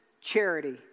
charity